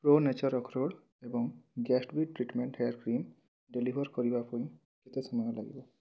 pro nature ଅଖରୋଟ୍ ଏବଂ ଗ୍ୟାଟ୍ସ୍ବାଏ ଟ୍ରିଟ୍ମେଣ୍ଟ୍ ହେୟାର୍ କ୍ରିମ୍ ଡେଲିଭର୍ କରିବାକୁ କେତେ ସମୟ ଲାଗିବ